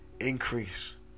increase